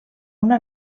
una